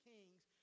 Kings